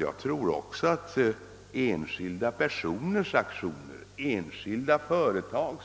Jag tror att också enskilda personers aktioner och enskilda företags